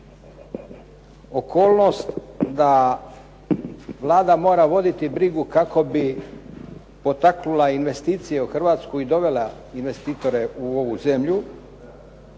Okolnost da Vlada mora voditi brigu kako bi potaknula investicije u Hrvatsku i dovela investitore u ovu zemlju,